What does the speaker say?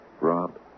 Rob